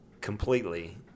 completely